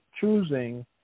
choosing